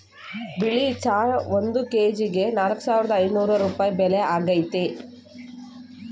ಬಿಳಿ ಚಹಾ ಒಂದ್ ಕೆಜಿಗೆ ನಾಲ್ಕ್ ಸಾವಿರದ ಐನೂರ್ ರೂಪಾಯಿ ಬೆಲೆ ಆಗೈತೆ